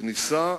היא כניסה